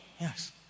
Yes